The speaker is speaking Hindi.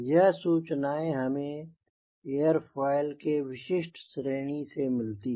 यह सूचनाएं हमें airfoil के विशिष्ट श्रेणी से मिलती हैं